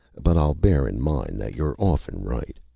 but i'll bear in mind that you're often right.